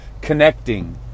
connecting